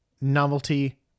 Novelty